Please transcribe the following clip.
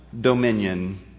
dominion